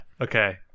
Okay